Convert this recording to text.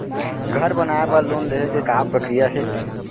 घर बनाये बर लोन लेहे के का प्रक्रिया हे?